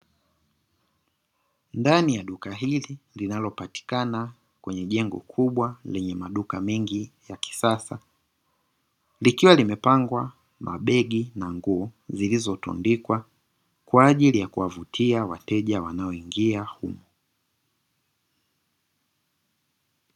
Ndani ya duka hili linalopatikana kwenye jengo kubwa lenye maduka mengi ya kisasa likiwa limepangwa mabegi na nguo zilizotundikwa kwaajili ya kuwavutia wateja wanaoingia humo.